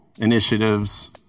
initiatives